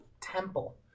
temple